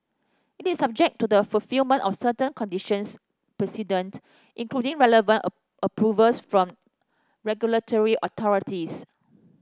it is subject to the fulfilment of certain conditions precedent including relevant approvals from regulatory authorities